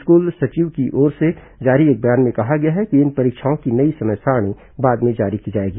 school सचिव की ओर से जारी एक बयान में कहा गया है कि इन परीक्षाओं की नई समय सारिणी बाद में जारी की जाएगी